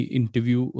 interview